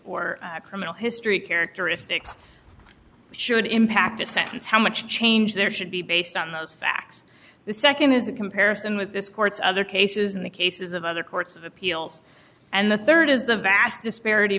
or criminal history characteristics should impact a sentence how much change there should be based on those facts the nd is a comparison with this court's other cases in the cases of other courts of appeals and the rd is the vast disparity